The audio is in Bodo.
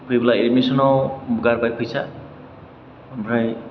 जेब्ला एदमिसनाव गारबाय फैसा ओमफ्राय